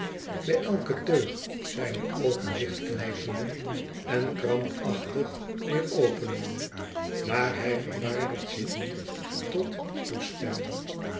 bij elke teug zijne oogen dicht knijpende en krampachtig weer openende maar hij verwaarmgt zich niet tot toestemmen